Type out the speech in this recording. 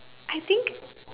I think